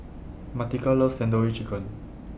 Martika loves Tandoori Chicken